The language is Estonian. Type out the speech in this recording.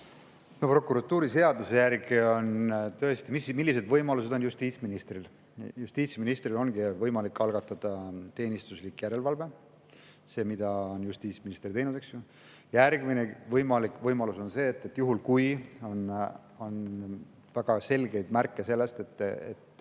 Prokuratuuriseaduse järgi on tõesti … Millised võimalused on justiitsministril? Justiitsministril on võimalik algatada teenistuslik järelevalve – see, mida on justiitsminister teinud, eks ju. Järgmine võimalus on see, et juhul kui on väga selgeid märke, et